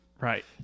Right